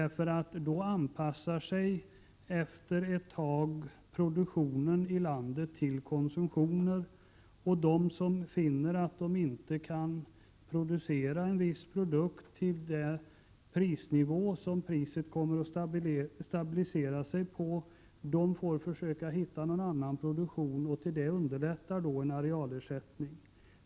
Efter ett tag anpassar sig nämligen produktionen i landet till konsumtionen. De som finner att man framställer en viss produkt till en kostnad som inte motsvaras av den prisnivå där priset kommer att stabiliseras får försöka hitta någon annan produktion. Det underlättas av en arealersättning.